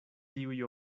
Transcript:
tiuj